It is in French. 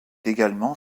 également